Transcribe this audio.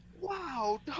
wow